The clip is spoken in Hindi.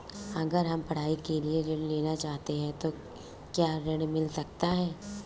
अगर हम पढ़ाई के लिए ऋण लेना चाहते हैं तो क्या ऋण मिल सकता है?